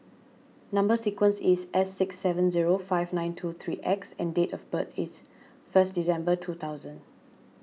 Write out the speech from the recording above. Number Sequence is S six seven zero five nine two three X and date of birth is first December two thousand